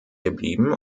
geblieben